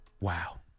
Wow